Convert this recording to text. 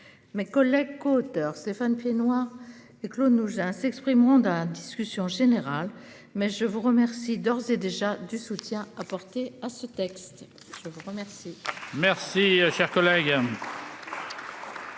Mes collègues coauteur Stéphane Piednoir et Claude nous hein s'exprimeront un discussion générale mais je vous remercie d'ores et déjà du soutien apporté à ce texte. Je vous remercie. Merci cher collègue.